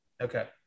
Okay